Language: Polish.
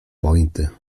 pointy